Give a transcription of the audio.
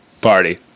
Party